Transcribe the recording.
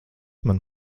man